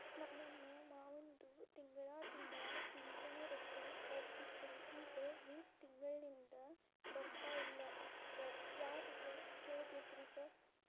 ನಮ್ ಮಾವಂದು ತಿಂಗಳಾ ತಿಂಗಳಾ ಪಿಂಚಿಣಿ ರೊಕ್ಕ ಬರ್ತಿತ್ರಿ ಈಗ ಮೂರ್ ತಿಂಗ್ಳನಿಂದ ಬರ್ತಾ ಇಲ್ಲ ಸಾರ್ ಯಾರಿಗ್ ಕೇಳ್ಬೇಕ್ರಿ ಸಾರ್?